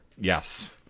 Yes